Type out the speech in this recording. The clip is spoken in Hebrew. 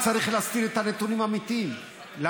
אסור להגיד את הנתונים האמיתיים עכשיו.